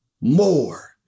more